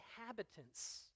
inhabitants